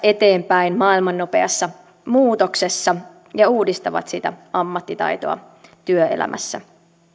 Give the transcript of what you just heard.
eteenpäin maailman nopeassa muutoksessa ja uudistavat sitä ammattitaitoa työelämässä